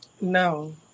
No